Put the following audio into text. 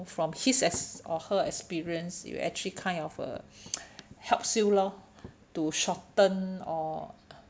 from his ex~ or her experience you actually kind of uh helps you lor to shorten or